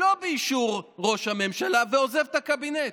שלא באישור ראש הממשלה, ועוזב את הקבינט.